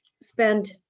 spend